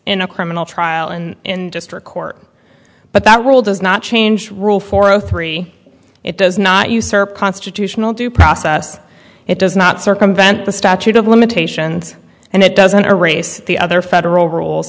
in a criminal trial and in district court but that rule does not change rule four zero three it does not usurp constitutional due process it does not circumvent the statute of limitations and it doesn't erase the other federal rules